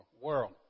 world